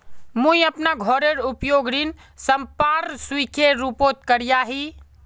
मुई अपना घोरेर उपयोग ऋण संपार्श्विकेर रुपोत करिया ही